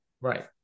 right